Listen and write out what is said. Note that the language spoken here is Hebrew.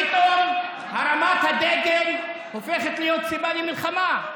עכשיו פתאום הרמת הדגל הופכת להיות סיבה למלחמה.